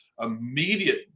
immediate